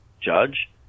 judge